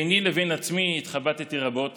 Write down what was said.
ביני לבין עצמי התחבטתי רבות